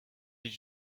did